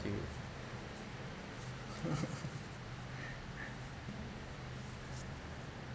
you